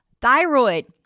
Thyroid